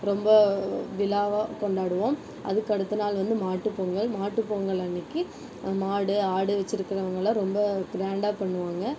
ரொம்ப விழாவா கொண்டாடுவோம் அதுக்கடுத்து நாள் வந்து மாட்டு பொங்கல் மாட்டு பொங்கல் அன்றைக்கி மாடு ஆடு வச்சுருக்குறவங்கள்லான் ரொம்ப கிராண்ட்டாக பண்ணுவாங்க